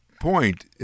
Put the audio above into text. point